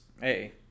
Hey